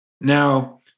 Now